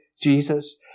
Jesus